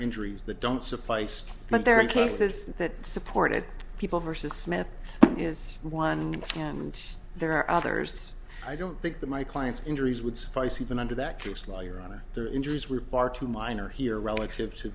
injuries that don't supply side but there are cases that supported people versus he is one and there are others i don't think that my client's injuries would suffice even under that case lawyer on their injuries were part too minor here relative to